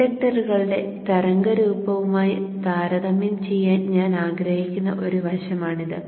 ഇൻഡക്ടറുകളുടെ തരംഗ രൂപവുമായി താരതമ്യം ചെയ്യാൻ ഞാൻ ആഗ്രഹിക്കുന്ന ഒരു വശമാണിത്